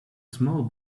small